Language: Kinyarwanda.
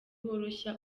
woroshya